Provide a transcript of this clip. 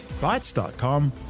Bytes.com